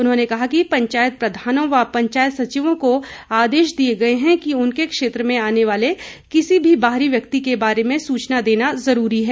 उन्होंने कहा कि पंचायत प्रधानों व पंचायत सचिवों को आदेश दिए गए हैं कि उनके क्षेत्र में आने वाले किसी भी बाहरी व्यक्ति के बारे में सूचना देना जरूरी है